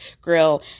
grill